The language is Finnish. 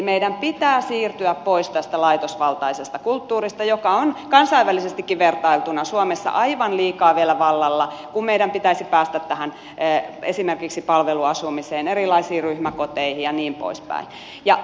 meidän pitää siirtyä pois tästä laitosvaltaisesta kulttuurista joka on kansainvälisestikin vertailtuna suomessa aivan liikaa vielä vallalla kun meidän pitäisi päästä esimerkiksi palveluasumiseen erilaisiin ryhmäkoteihin ja niin poispäin